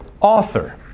Author